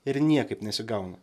ir niekaip nesigauna